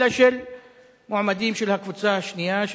אלא מועמדים של הקבוצה השנייה,